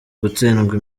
gutsindwa